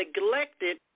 neglected